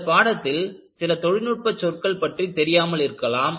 இந்த பாடத்தில் சில தொழில்நுட்ப சொற்கள் பற்றி தெரியாமல் இருக்கலாம்